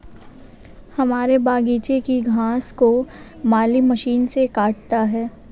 हमारे बगीचे की घास को माली मशीन से काटता है